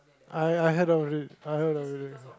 I I heard about it I heard about it